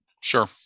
sure